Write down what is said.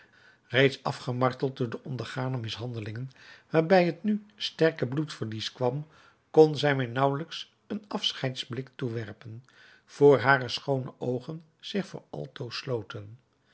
reeds afgemarteld door de ondergane mishandelingen waarbij het nu sterke bloedverlies kwam kon zij mij naauwelijks een afscheidsblik toewerpen vr hare schoone oogen zich voor altoos sloten